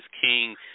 King